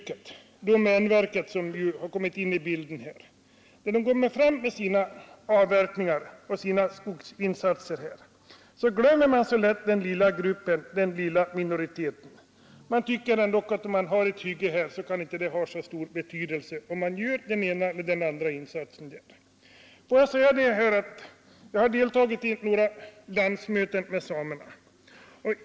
När domänverket bedriver sitt skogsbruk och går fram med sina avverkningar, glömmer man lätt den lilla minoriteten som samerna utgör. Det blir lätt den bedömningen att det inte har så stor betydelse, om man vidtager den ena eller andra åtgärden när det gäller renskötseln. Jag har deltagit i några landsmöten med samerna.